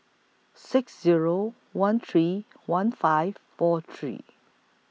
six Zero one three one five four three